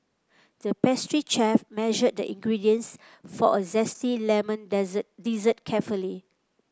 the pastry chef measured the ingredients for a zesty lemon dessert carefully